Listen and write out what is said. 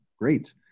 great